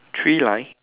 three line